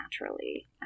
naturally